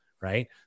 right